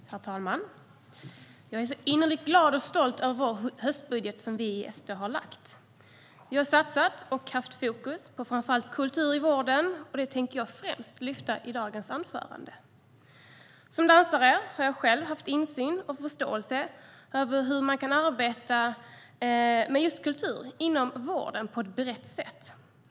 Herr talman! Jag är så innerligt glad och stolt över den höstbudget som vi i SD har lagt fram. Vi har satsat och haft fokus på framför allt kultur i vården, och det tänkte jag främst lyfta i dagens anförande. Som dansare har jag själv haft insyn i och förståelse för hur man kan arbeta med kultur inom vården på ett brett sätt.